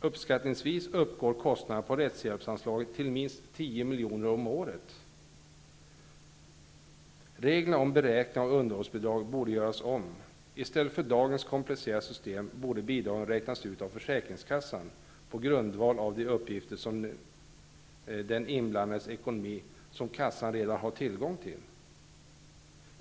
Uppskattningsvis uppgår kostnaderna på rättshjälpsanlaget till minst 10 milj.kr. om året. Reglerna för beräkning av underhållsbidrag borde göras om. I stället för dagens komplicerade system borde bidragen räknas ut av försäkringskassan på grundval av de uppgifter om den inblandades ekonomi som kassan redan har tillgång till.